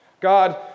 God